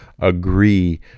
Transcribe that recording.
agree